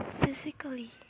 physically